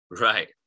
Right